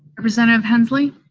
representative hensley?